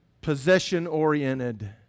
possession-oriented